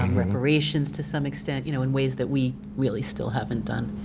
and reparations to some extent, you know in ways that we really still haven't done.